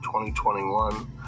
2021